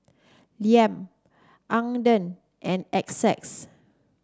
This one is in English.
Liam Ogden and Essex